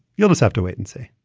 you'll just have to wait and see